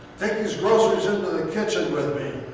take these groceries into the kitchen with me.